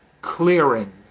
clearing